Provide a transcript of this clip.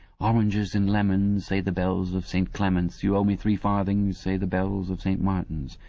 oranges and lemons say the bells of st. clement's, you owe me three farthings, say the bells of st. martin's!